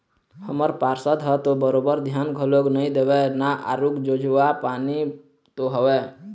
हमर पार्षद ह तो बरोबर धियान घलोक नइ देवय ना आरुग जोजवा बानी तो हवय